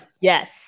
Yes